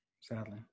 sadly